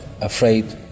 afraid